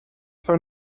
phone